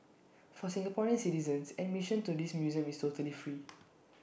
for Singaporean citizens admission to this museum is totally free